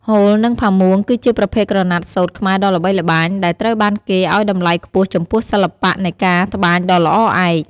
ហូល និងផាមួង គឺជាប្រភេទក្រណាត់សូត្រខ្មែរដ៏ល្បីល្បាញ ដែលត្រូវបានគេឱ្យតម្លៃខ្ពស់ចំពោះសិល្បៈនៃការត្បាញដ៏ល្អឯក។